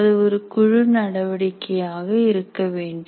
அது ஒரு குழு நடவடிக்கையாக இருக்க வேண்டும்